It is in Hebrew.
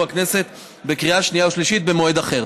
הכנסת בקריאה שנייה ושלישית במועד אחר.